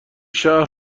شهر